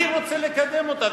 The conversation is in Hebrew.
אתה רוצה לקדם אותה,